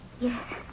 Yes